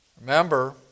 Remember